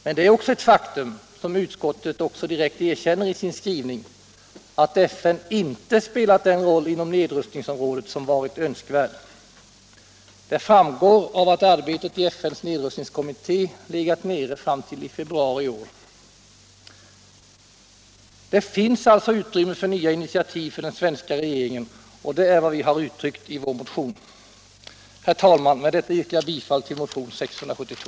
Men det är också ett faktum, som utskottet direkt erkänner i sin skrivning, att FN inte spelat den roll inom nedrustningsområdet som varit önskvärd. Det framgår av att arbetet i FN:s nedrustningskommitté legat nere fram till februari i år. Alltså finns det utrymme för nya initiativ från den svenska regeringen, och det är vad vi har uttryckt i vår motion. Herr talman! Med detta yrkar jag bifall till motionen 672.